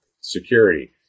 security